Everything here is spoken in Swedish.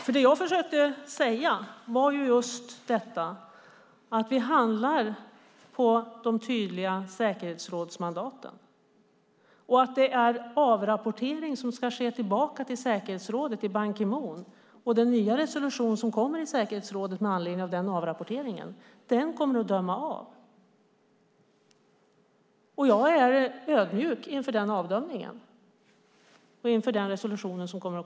Vad jag försökt säga är att vi handlar på de tydliga säkerhetsrådsmandaten samt att avrapportering ska ske tillbaka till säkerhetsrådet, till Ban Ki Moon. Den nya resolution som kommer i säkerhetsrådet med anledning av den avrapporteringen kommer att döma av. Jag är ödmjuk inför den avdömningen och inför den resolution som kommer.